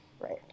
Right